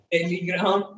Telegram